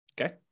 okay